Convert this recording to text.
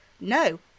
No